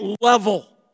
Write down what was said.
level